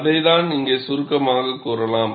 அதைத்தான் இங்கே சுருக்கமாகக் கூறலாம்